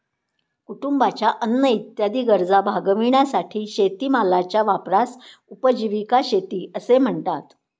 कुटुंबाच्या अन्न इत्यादी गरजा भागविण्यासाठी शेतीमालाच्या वापरास उपजीविका शेती असे म्हणतात